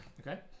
Okay